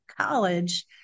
college